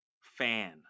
fan